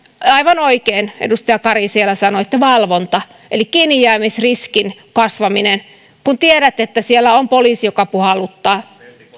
aivan oikein edustaja kari siellä sanoitte valvonta eli kiinnijäämisriskin kasvaminen kun tiedät että siellä on poliisi joka puhalluttaa